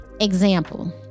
example